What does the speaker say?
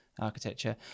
architecture